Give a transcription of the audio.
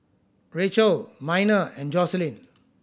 Racquel Miner and Joselyn